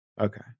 Okay